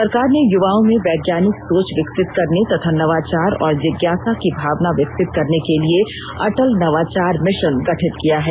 सरकार ने युवाओं में वैज्ञानिक सोच विकसित करने तथा नवाचार और जिज्ञासा की भावना विकसित करने के लिए अटल नवाचार मिशन गठित किया है